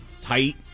tight